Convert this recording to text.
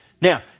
Now